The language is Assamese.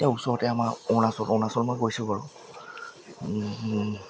এই ওচৰতে আমাৰ অৰুণাচল অৰুণাচল মই গৈছোঁ বাৰু